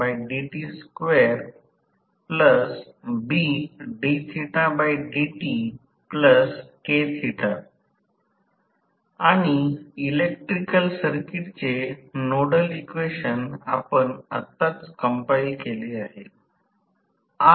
आता हे समीकरण २१ पासून लक्षात आले आहे की रोटर ला वितरीत केलेल्या एकूण शक्तीपैकी यांत्रिक उर्जा उत्पादन o1 S चे घटक आहे आम्हे Pm 1 S PG पाहिले आहे